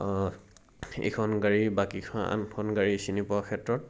ইখন গাড়ী বাকীখন আনখন গাড়ী চিনি পোৱাৰ ক্ষেত্ৰত